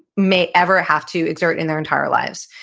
may ever have to exert in their entire lives.